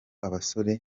abasore